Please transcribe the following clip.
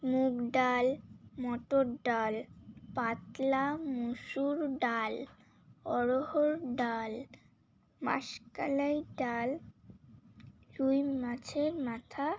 মুগ ডাল মটর ডাল পাতলা মুসুর ডাল অড়হর ডাল মাশকালাই ডাল রুই মাছের মাথা